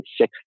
six